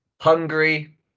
Hungary